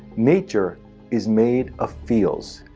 nature is made of fields.